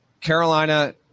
Carolina